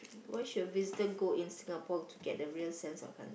where should a visitor in Singapore to get a real sense of country